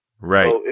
Right